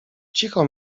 cicho